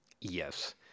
yes